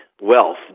wealth